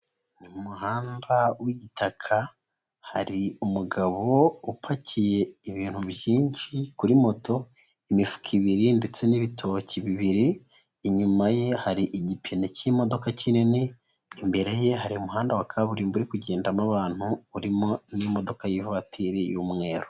Ni mu muhanda w'igitaka hari umugabo upakiye ibintu byinshi kuri moto imifuka ibiri ndetse n'ibitoki bibiri inyuma ye hari igipene k'imodoka kinini imbere ye hari umuhanda wa kaburimbo uri kugendamo abantu urimo n'imodoka y'ivatiri y'umweru.